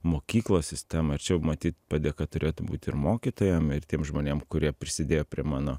mokyklos sistemą ir čia jau matyt padėka turėtų būti ir mokytojam ir tiem žmonėm kurie prisidėjo prie mano